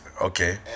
Okay